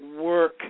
work